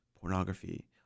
pornography